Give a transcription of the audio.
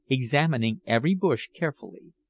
examining every bush carefully.